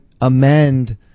amend